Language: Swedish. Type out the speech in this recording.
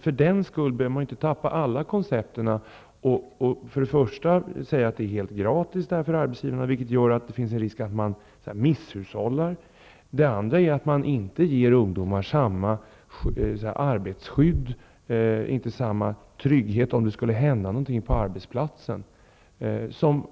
För den skull behöver man inte tappa koncepterna helt och för det första påstå att det är helt kostnadsfritt för arbetsgivarna, vilket skulle kunna bidra till att arbetsgivarna misshushållar, för det andra låta bli att ge ungdomar samma arbetsskydd som för andra människor i arbetslivet, dvs. inte samma trygghet för alla på arbetsplatsen. Den ersättning som